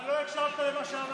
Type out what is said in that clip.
אתה לא הקשבת למה שאמרתי.